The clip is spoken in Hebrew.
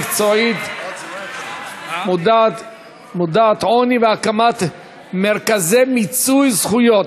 עשייה מקצועית מודעת עוני והקמת מרכזי מיצוי זכויות),